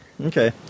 Okay